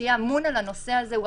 שיהיה אמון על הנושא הזה.